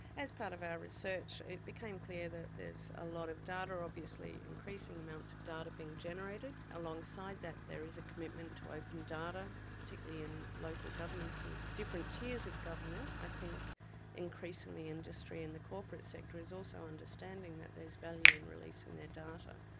as part of our research it became clear that there is a lot of data obviously, increasing amounts of data being generated. alongside that there is a commitment to open data, particularly in local governments and different tiers of government. i think increasingly industry and the corporate sector is also understanding that there's value in releasing their data.